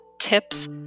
tips